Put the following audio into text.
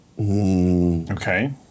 Okay